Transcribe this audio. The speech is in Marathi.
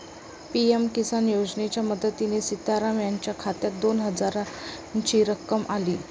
पी.एम किसान योजनेच्या मदतीने सीताराम यांच्या खात्यात दोन हजारांची रक्कम आली